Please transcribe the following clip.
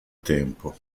tempo